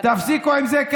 תפסיקו עם זה.